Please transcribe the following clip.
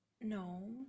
No